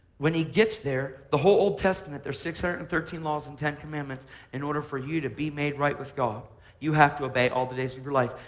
when he gets there, the whole old testament there's six hundred and thirteen laws and ten commandments in order for you to be made right with god you have to obey all the days of your life.